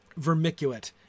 Vermiculate